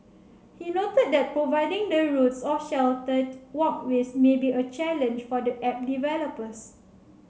he noted that providing the routes of sheltered walkways may be a challenge for the app developers